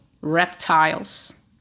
reptiles